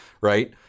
right